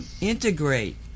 integrate